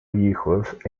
hijos